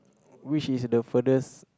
which is the furthest